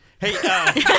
Hey